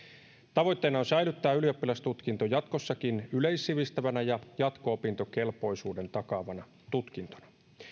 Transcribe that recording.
tavoitteena on säilyttää ylioppilastutkinto jatkossakin yleissivistävänä ja jatko opintokelpoisuuden takaavana tutkintona